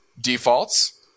defaults